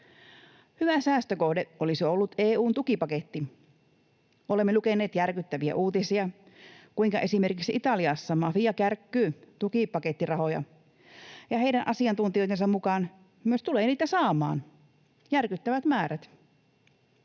Hyvä säästökohde olisi ollut EU:n tukipaketti. Olemme lukeneet järkyttäviä uutisia, kuinka esimerkiksi Italiassa mafia kärkkyy tukipakettirahoja ja heidän asiantuntijoittensa mukaan myös tulee niitä saamaan järkyttävät määrät.